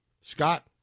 Scott